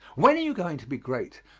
when are you going to be great?